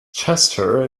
chester